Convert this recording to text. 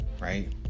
right